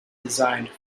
designated